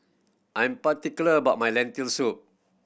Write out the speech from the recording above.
I'm particular about my Lentil Soup